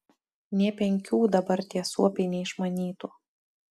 nė penkių dabar tie suopiai neišmanytų